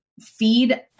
feed